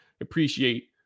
appreciate